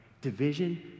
Division